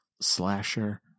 slasher